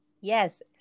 Yes